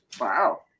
Wow